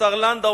השר לנדאו,